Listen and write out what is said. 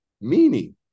meaning